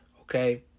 okay